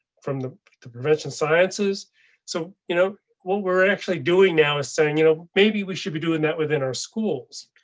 the the prevention sciences so you know what we're actually doing now is saying, you know, maybe we should be doing that within our schools.